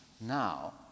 now